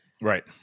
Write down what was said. Right